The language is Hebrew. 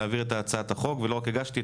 להעביר את הצעת החוק ולא רק הגשתי,